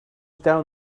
down